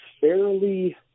fairly